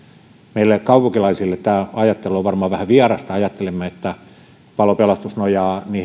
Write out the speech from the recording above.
meille kaupunkilaisille tämä ajattelu on varmaan vähän vierasta ajattelemme että palo ja pelastustoimi nojaavat